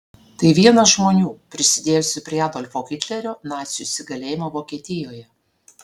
tai vienas žmonių prisidėjusių prie adolfo hitlerio nacių įsigalėjimo vokietijoje